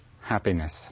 happiness